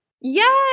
Yes